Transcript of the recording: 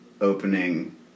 opening